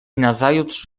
nazajutrz